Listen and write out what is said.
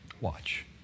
Watch